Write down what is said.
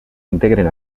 integren